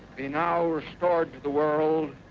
be now restored to the world